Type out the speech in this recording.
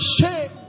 shame